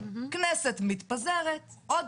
היא בלתי אפשרית ואפילו הייתי אומר לא ראויה בשלב הזה כל עוד